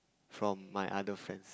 from my other friends